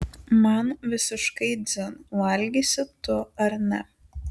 man visiškai dzin valgysi tu ar ne